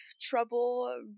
trouble